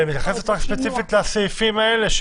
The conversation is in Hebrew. אבל היא מתייחסת ספציפית לסעיפים האלה,